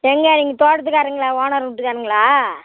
ஏங்க நீங்கள் தோட்டத்துக்காரங்களா ஓனர் வீட்டுக்காரங்களா